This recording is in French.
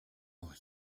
henri